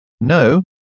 no